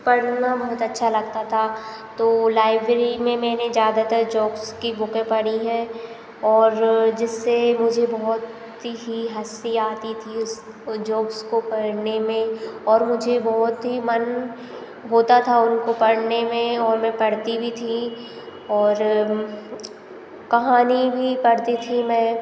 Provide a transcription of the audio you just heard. पढ़ना बहुत अच्छा लगता था तो लाइब्रेरी में मैंने ज़्यादातर जोक्स की बुकें पढ़ी हैं और जिससे मुझे बहुत ही हँसी आती थी उसको जोक्स को पढ़ने में और मुझे बहुत ही मन होता था उनको पढ़ने में और मैं पढ़ती भी थी और कहानी भी पढ़ती थी मैं